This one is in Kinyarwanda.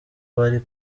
bari